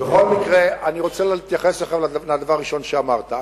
אני רוצה להתייחס עכשיו לדבר הראשון שאמרת.